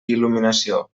il·luminació